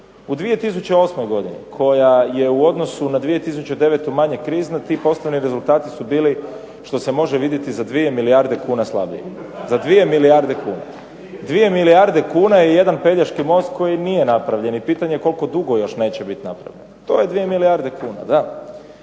U 2008. godini koja je u odnosu na 2009. manje krizna ti poslovni rezultati su bili što se može vidjeti za 2 milijarde kuna slabiji. Za 2 milijarde kuna. 2 milijarde kuna je jedan pelješki most koji nije napravljen i pitanje koliko dugo još neće biti napravljen. To je 2 milijarde kuna, da.